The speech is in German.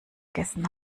gegessen